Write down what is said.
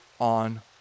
on